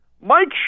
Mike